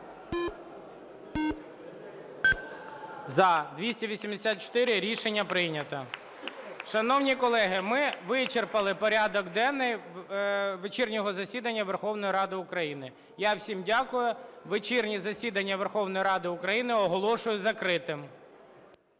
За-284 Рішення прийнято. Шановні колеги, ми вичерпали порядок денний вечірнього засідання Верховної Ради України. Я всім дякую. Вечірнє засідання Верховної Ради України оголошую закритим.